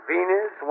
Venus